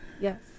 Yes